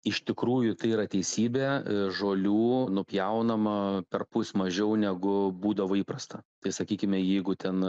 iš tikrųjų tai yra teisybė žolių nupjaunama perpus mažiau negu būdavo įprasta tai sakykime jeigu ten